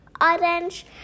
Orange